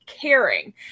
caring